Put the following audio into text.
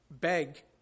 beg